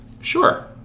Sure